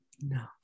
no